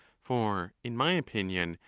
for, in my opinion,